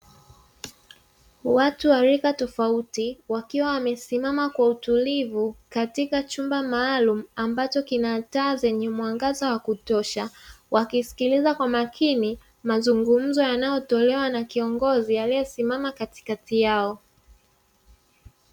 Watu wa rika tofauti, wakiwa wamesimama kwa utulivu katika chumba maalumu, ambacho kina taa zenye mwangaza wa kutosha. Wakisikiliza kwa makini mazungumzo yanayotolewa na kiongozi aliyesimama katikati yao.